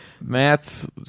Matt's